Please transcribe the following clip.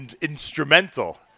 instrumental